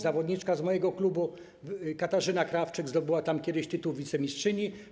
Zawodniczka z mojego klubu Katarzyna Krawczyk zdobyła na nich kiedyś tytuł wicemistrzyni.